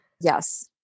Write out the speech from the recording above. Yes